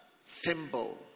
symbol